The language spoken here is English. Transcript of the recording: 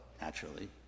naturally